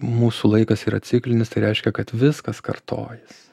mūsų laikas yra ciklinis tai reiškia kad viskas kartojasi